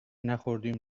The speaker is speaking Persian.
نخوردیم